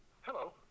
Hello